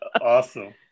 awesome